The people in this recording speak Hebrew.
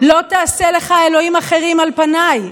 לא תעשה לך אלוהים אחרים על פניי.